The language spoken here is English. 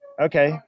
okay